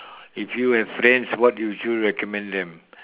if you have friends what would you recommend them